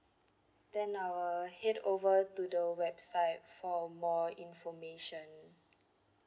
then I will head over to the website for more information